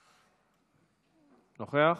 נוכח?